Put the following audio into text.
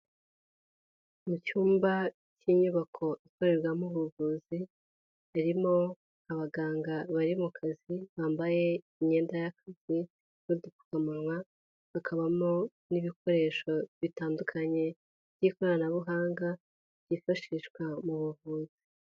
Mu cyumba cy'inyubako ikorerwamo ubuvuzi, harimo abaganga bari mu kazi bambaye imyenda y'akazi n'udupfukamunwa, hakabamo n'ibikoresho bitandukanye by'ikoranabuhanga byifashishwa mu buvuzi.